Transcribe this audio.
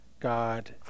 God